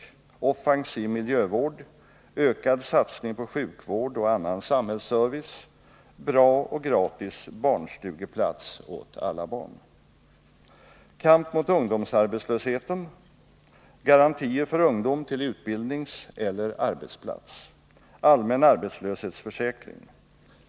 Offensiv miljövård. Ökad satsning på sjukvård och annan samhällsservice. Bra och gratis barnstugeplats åt alla barn.